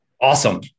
Awesome